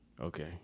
Okay